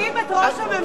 מחזקים את ראש הממשלה.